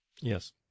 Yes